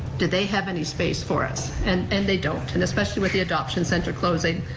did they have any space for us, and and they don't, and especially with the adoption center closing,